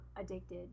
addicted